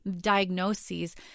diagnoses